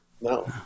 No